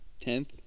Tenth